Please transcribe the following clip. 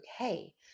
okay